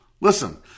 Listen